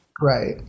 Right